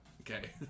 okay